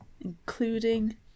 Including